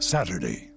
Saturday